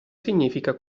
significa